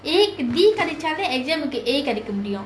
A D கிடைச்சாலே:kidaichaaley exam A கிடைக்க முடியும்:kidaikka mudiyum